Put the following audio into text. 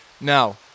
now